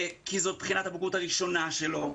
כי זו בחינת הבגרות הראשונה שלו.